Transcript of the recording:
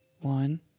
one